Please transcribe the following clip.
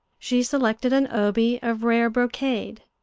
she selected an obi of rare brocade,